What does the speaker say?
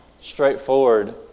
straightforward